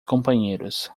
companheiros